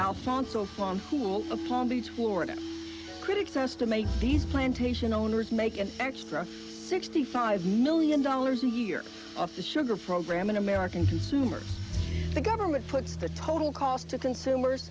alfonso the palm beach florida critics estimate these plantation owners make an extra sixty five million dollars a year off the sugar program in american consumers the government puts the total cost to consumers